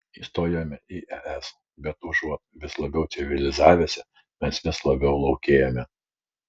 įstojome į es bet užuot vis labiau civilizavęsi mes vis labiau laukėjame